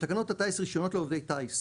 בתקנות הטיס (רישיונות לעובדי טיס),